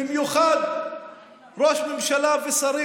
במיוחד ראש ממשלה ושרים,